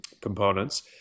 components